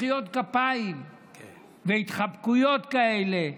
מחיאות כפיים והתחבקויות כאלה: